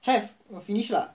have finish lah